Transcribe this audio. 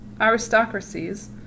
aristocracies